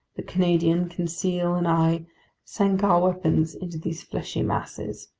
the canadian, conseil, and i sank our weapons into these fleshy masses.